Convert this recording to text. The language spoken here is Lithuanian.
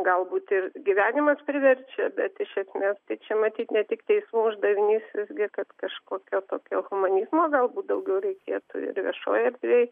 galbūt ir gyvenimas priverčia bet iš esmės tai čia matyt ne tik teismų uždavinys visgi kad kažkokio tokio humanizmo galbūt daugiau reikėtų ir viešoj erdvėj